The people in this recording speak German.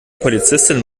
polizistin